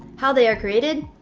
how they are created,